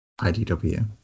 IDW